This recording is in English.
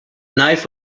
knife